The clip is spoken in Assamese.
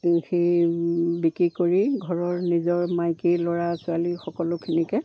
সেই বিক্ৰী কৰি ঘৰৰ নিজৰ মাইকী ল'ৰা ছোৱালী সকলোখিনিকে